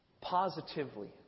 positively